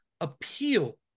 appeal